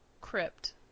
Crypt